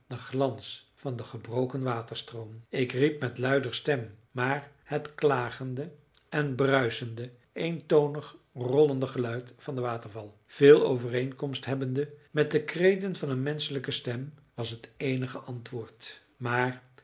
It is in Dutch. den glans van den gebroken waterstroom ik riep met luider stem maar het klagende en bruisende eentonig rollende geluid van den waterval veel overeenkomst hebbende met de kreten van een menschelijke stem was het eenig antwoord maar